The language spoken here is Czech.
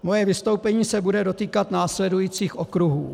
Moje vystoupení se bude dotýkat následujících okruhů: